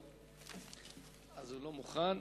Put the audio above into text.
לא מוכן.